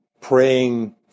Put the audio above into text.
praying